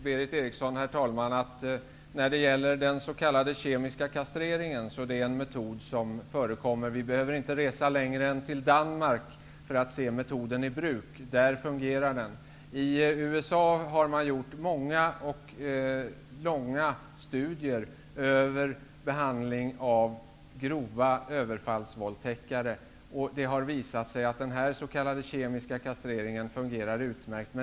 Herr talman! Den s.k. kemiska kastreringen är en metod som förekommer för närvarande. Vi behöver inte resa längre än till Danmark för att se metoden i bruk. Där fungerar den. I USA har det gjorts många och långa studier av behandlingen av grova ''överfallsvåldtäktare''. Det har visat sig att den kemiska kastreringen fungerar utmärkt.